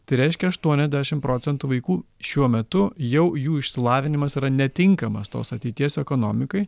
tai reiškia aštuoniasdešim procentų vaikų šiuo metu jau jų išsilavinimas yra netinkamas tos ateities ekonomikai